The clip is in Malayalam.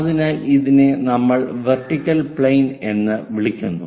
അതിനാൽ ഇതിനെ നമ്മൾ വെർട്ടിക്കൽ പ്ലെയിൻ എന്ന് വിളിക്കുന്നു